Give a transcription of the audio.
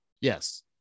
yes